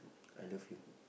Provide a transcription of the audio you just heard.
I love you